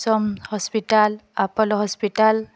sum hospital apollo hospital